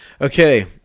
Okay